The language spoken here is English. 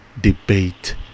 debate